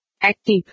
Active